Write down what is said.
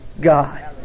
God